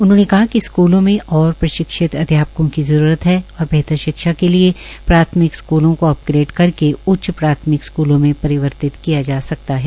उन्होंने कहा कि स्कूलों में और प्रशिक्षित आध्यापकों की जरूरत है और बेहतर शिक्षा के लिए प्राथमिकता स्कूलो को अपग्रेड करके उच्च प्राथमिक स्कूलों में परिवर्तित किया जा सकता है